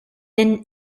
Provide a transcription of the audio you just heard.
been